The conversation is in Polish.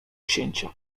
księcia